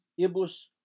ibus